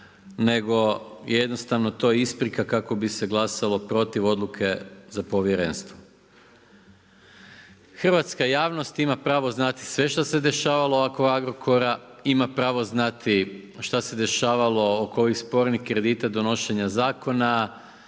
nego je jednostavno to isprika kako bi se glasalo protiv odluke za povjerenstvo. Hrvatska javnost ima pravo znati sve što se dešavalo oko Agrokora, ima pravo znati šta se dešavalo oko ovih spornih kredita, donošenja zakona,